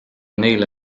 neile